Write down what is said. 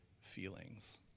feelings